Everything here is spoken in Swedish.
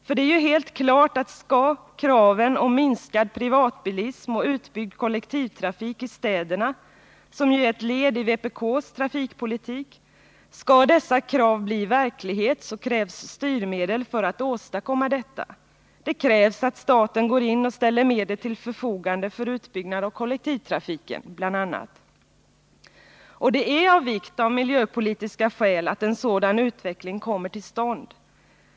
För det är ju helt klart att skall 65 kraven på minskad privatbilism och utyggd kollektivtrafik i städerna, som ju är ett led i vpk:s trafikpolitik, bli verklighet, krävs styrmedel för att åstadkomma detta. Det krävs att staten går in och ställer medel till förfogande för utbyggnad av kollektivtrafiken bl.a. Och det är av vikt av miljöpolitiska skäl att en sådan utveckling kommer till stånd.